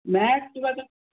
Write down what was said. ਮੈਂ ਐਕਟੀਵਾ 'ਤੇ